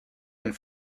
and